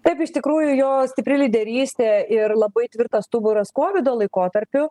taip iš tikrųjų jo stipri lyderystė ir labai tvirtas stuburas kovido laikotarpiu